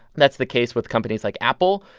that's the case with companies like apple,